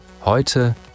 Heute